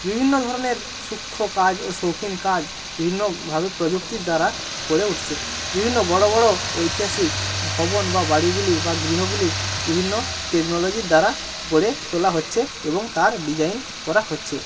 বিভিন্ন ধরনের সুক্ষ্ম কাজ ও শৌখিন কাজ বিভিন্নভাবে প্রযুক্তির দ্বারা গড়ে উটছে বিভিন্ন বড়ো বড়ো ঐতিহাসিক ভবন বা বাড়িগুলি বা গৃহগুলি বিভিন্ন টেকনোলজির দ্বারা গড়ে তোলা হচ্ছে এবং তার ডিজাইন করা হচ্ছে